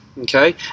Okay